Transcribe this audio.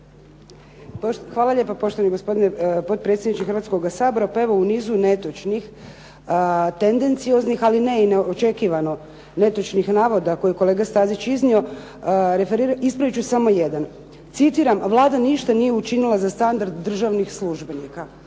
Hvala lijepa, poštovani gospodine potpredsjedniče Hrvatskoga sabora. Pa evo u nizu netočnih tendencioznih, ali ne i neočekivano netočnih navoda koje je kolega Stazić iznio, ispravit ću samo jedan. Citiram: "Vlada ništa nije učinila za standard državnih službenika".